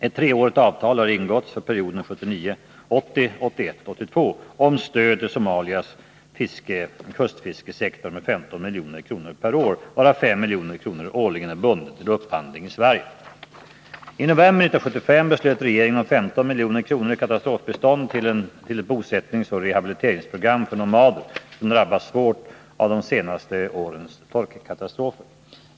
Ett treårigt avtal har ingåtts för perioden 1979 82 om stöd till Somalias kustfiskesektor med 15 milj.kr. per år, varav 5 milj.kr. årligen är bundet till upphandling i Sverige. I november 1975 beslöt regeringen om 15 milj.kr. i katastrofbistånd till ett bosättningsoch rehabiliteringsprogram för nomader som drabbats svårt av de senaste årens torkkatastrof.